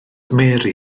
mary